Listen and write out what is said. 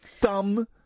dumb